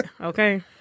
Okay